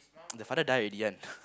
the father die already one